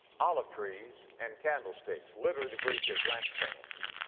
olive trees and candlesticks. literally the greek is lampstands.